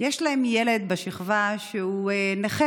יש להם ילד בשכבה שהוא נכה